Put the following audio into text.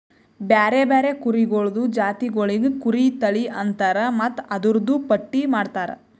ಬ್ಯಾರೆ ಬ್ಯಾರೆ ಕುರಿಗೊಳ್ದು ಜಾತಿಗೊಳಿಗ್ ಕುರಿ ತಳಿ ಅಂತರ್ ಮತ್ತ್ ಅದೂರ್ದು ಪಟ್ಟಿ ಮಾಡ್ತಾರ